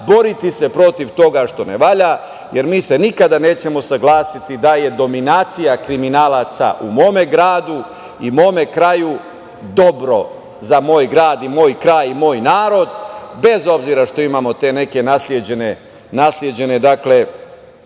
boriti se protiv toga što ne valja, jer mi se nikada nećemo saglasiti da je dominacija kriminalaca u mome gradu i mome kraju dobro za moj grad i moj kraj i moj narod, bez obzira što imamo te neke nasleđene forme